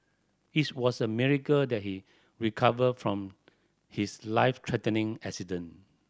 its was a miracle that he recovered from his life threatening accident